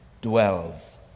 dwells